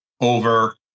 over